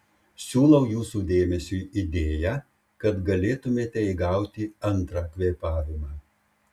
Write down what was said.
siūlau jūsų dėmesiui idėją kad galėtumėme įgauti antrą kvėpavimą